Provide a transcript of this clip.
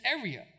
area